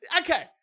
okay